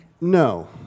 No